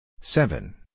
seven